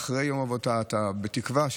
חבר הכנסת ברוכי, תודה רבה על השאלה.